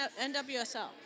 NWSL